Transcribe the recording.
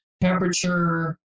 temperature